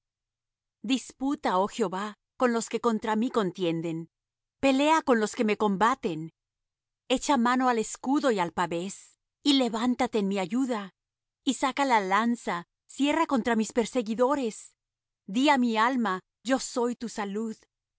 disputa oh jehová con los que contra mí contienden pelea con los que me combaten echa mano al escudo y al pavés y levántate en mi ayuda y saca la lanza cierra contra mis perseguidores di á mi alma yo soy tu salud